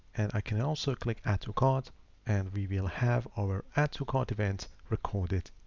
and i can also click add to cart and we will have our add to cart event recorded.